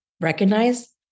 recognize